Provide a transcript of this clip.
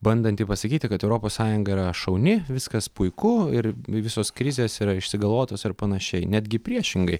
bandanti pasakyti kad europos sąjunga yra šauni viskas puiku ir visos krizės yra išsigalvotos ir panašiai netgi priešingai